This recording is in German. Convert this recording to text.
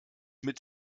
mit